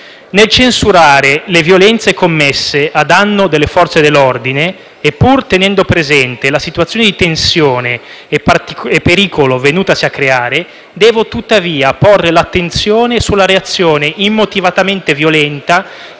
Nel censurare le violenze commesse a danno delle Forze dell'ordine e pur tenendo presente la situazione di tensione e pericolo venutasi a creare, devo tuttavia porre l'attenzione sulla reazione immotivatamente violenta